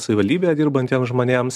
savivaldybėje dirbantiem žmonėms